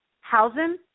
housing